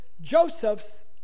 Joseph's